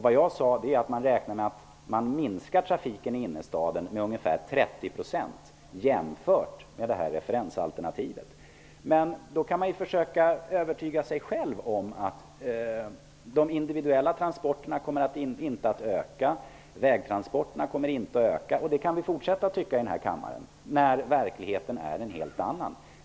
Vad jag sade var att trafiken i innerstaden beräknas minska med ungefär 30 %, jämfört med referensalternativet. Men då kan man försöka övertyga sig själv om att antalet individuella transporter och antalet vägtransporter inte kommer att öka. Det kan vi fortsätta att tro här i kammaren, trots att verkligheten är en helt annan.